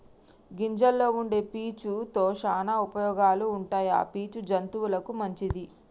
గింజల్లో వుండే పీచు తో శానా ఉపయోగాలు ఉంటాయి ఆ పీచు జంతువులకు మంచిది